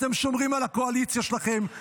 אתם שומרים על הקואליציה שלכם.